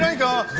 yeah go.